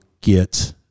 get